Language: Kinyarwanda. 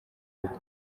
rugo